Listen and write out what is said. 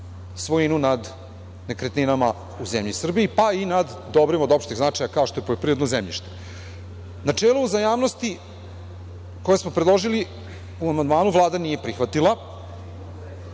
svojinu nad nekretninama u zemlji Srbiji, pa i nad dobrima od opšteg značaja, kao što je poljoprivredno zemljište. Načelo uzajamnosti koje smo predložili u amandmanu Vlada nije